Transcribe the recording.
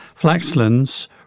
Flaxlands